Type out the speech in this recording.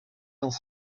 dans